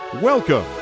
welcome